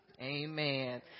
Amen